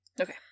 Okay